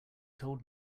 told